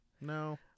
No